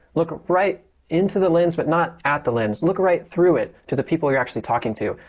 look right into the lens, but not at the lens. look right through it to the people you're actually talking to.